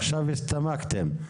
עכשיו הצטמקתם.